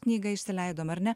knygą išsileidom ar ne